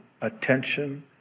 Attention